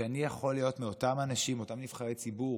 שאני יכול להיות מאותם האנשים, אותם נבחרי ציבור